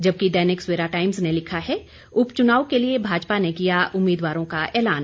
जबकि दैनिक सवेरा टाइम्स ने लिखा है उप चुनाव के लिए भाजपा ने किया उम्मीदवारों का ऐलान